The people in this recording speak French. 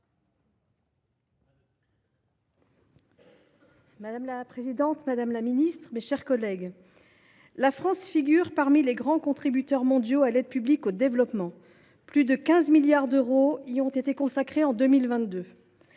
Madame la présidente, madame la ministre, mes chers collègues, la France figure parmi les plus grands contributeurs mondiaux à l’aide publique au développement. Plus de 15 milliards d’euros y ont été consacrés par